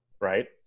Right